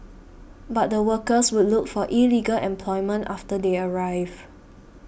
but the workers would look for illegal employment after they arrive